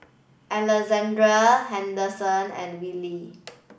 Alexzander Henderson and Wilkie